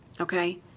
Okay